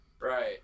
Right